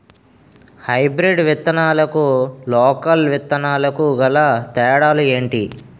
Hybrid విత్తనాలకు local విత్తనాలకు గల తేడాలు ఏంటి?